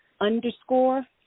underscore